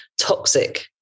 toxic